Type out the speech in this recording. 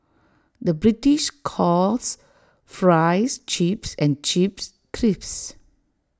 the British calls Fries Chips and Chips Crisps